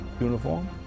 uniform